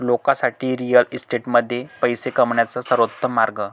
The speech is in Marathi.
लोकांसाठी रिअल इस्टेटमध्ये पैसे कमवण्याचा सर्वोत्तम मार्ग